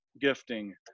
gifting